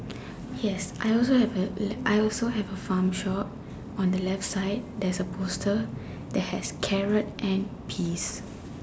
yes I also have a I also have a farm shop on the left side there's a poster that has carrot and peas